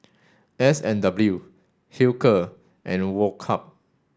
S and W Hilker and Woh Hup